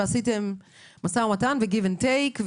עניינים ועשיתם משא ומתן ו-give and take,